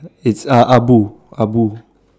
it's uh abu abu